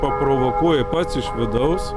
paprovokuoji pats iš vidaus